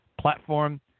platform